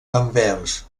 anvers